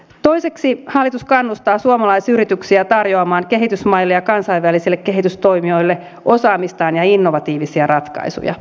toiseksi hallitus kannustaa suomalaisyrityksiä tarjoamaan kehitysmaille ja kansainvälisille kehitystoimijoille osaamistaan ja innovatiivisia ratkaisuja